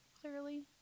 clearly